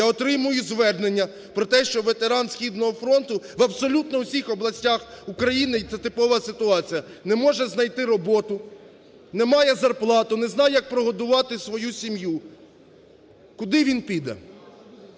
я отримую звернення про те, що ветеран східного фронту в абсолютно всіх областях України і це типова ситуація, не може знайти роботу, не має зарплати, не знає, як прогодувати свою сім'ю. Куди він піде?